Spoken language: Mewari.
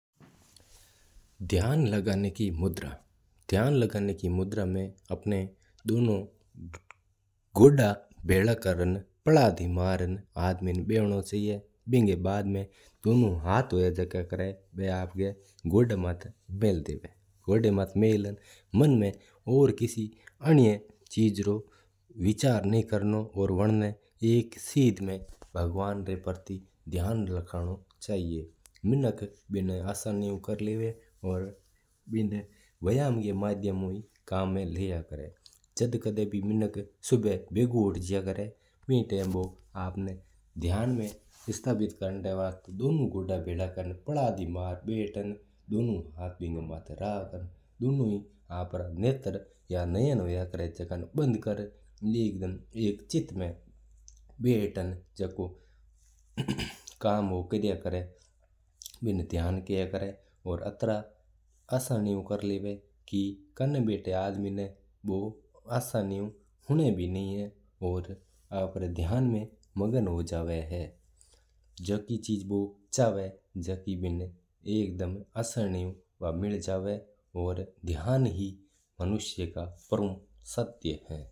ध्यान लगाना की मुद्रा में आपणा दोनों गोड़ा भिड़ा कर प्लागड़ी मार बैठनो चाहिए। बिका बाद में दोनों हाथ हूवा झुका आपका गोड़ा माथा मेल देवा। हाथ मेलण पाछ मन में ओर किन्नी चीज़ रौ विचार करौ और वां ना एक शिद्ध में भगवान रौ ध्यान लगावनो। मीनक बिना आसानी ऊ कर देवा और व्यायाम रे कम भी लेवा है। मीनक जना भी जल्दी उठो जया तो दोनों गोड़ा भिड़ा करण दोनों हाथ बिन माथा रखण आपणा नेत्र बंद कर रौ आपणा ध्यान लगावा है।